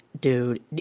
Dude